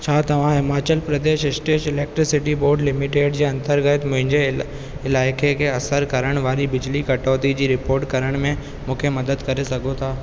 छा तव्हां Himachal Pradesh state electricity board limited जे अंतर्गत मुंहिंजे इलाइक़े खे असर करण वारी बिजली कटौती जी रिपोर्ट करण में मूंखे मदद करे सघो था